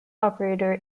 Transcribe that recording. operator